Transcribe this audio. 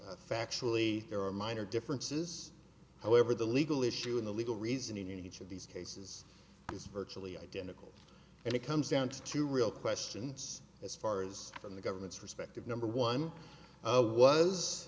factually there are minor differences however the legal issue in the legal reasoning in each of these cases is virtually identical and it comes down to two real questions as far as from the government's perspective number one of was